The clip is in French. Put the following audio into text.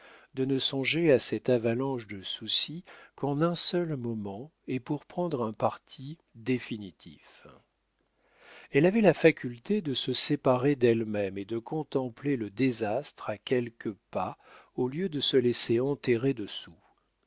de ne songer à cette avalanche de soucis qu'en un seul moment et pour prendre un parti définitif elle avait la faculté de se séparer d'elle-même et de contempler le désastre à quelques pas au lieu de se laisser enterrer dessous